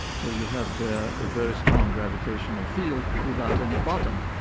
so you have there a very strong gravitational field without any bottom.